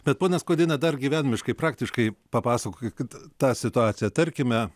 bet ponia skuodiene dar gyvenimiškai praktiškai papasakokit tą situaciją tarkime